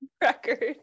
record